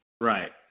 Right